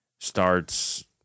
starts